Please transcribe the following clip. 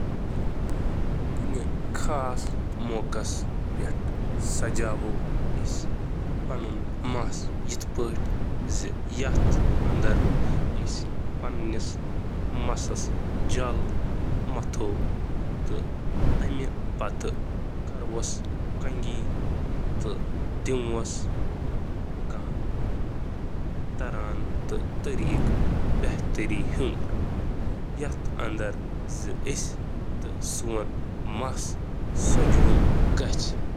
أکِس خاص موقعس پٮ۪ٹھ چھِ پنُن مَس سٹائل کرنٕک واریاہ طٔریٖقہٕ، یِمَن منٛز شٲمِل چھِ: fish tail braid, low pony tail, messy bun, half up half down, chignon تہٕ بلو ڈرائی۔